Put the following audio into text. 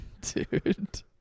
dude